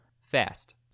fast